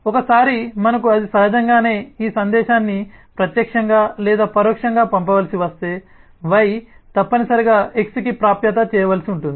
ఒకసారి మనకు అది సహజంగానే ఈ సందేశాన్ని ప్రత్యక్షంగా లేదా పరోక్షంగా పంపవలసి వస్తే Y తప్పనిసరిగా X కి ప్రాప్యత చేయవలసి ఉంటుంది